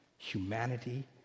Humanity